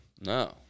No